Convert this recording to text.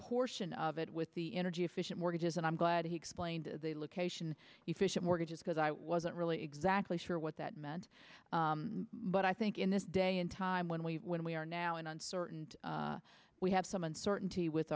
portion of it with the energy efficient mortgages and i'm glad he explained the location efficient mortgages because i wasn't really exactly sure what that meant but i think in this day in time when we when we are now in uncertain we have some uncertainty with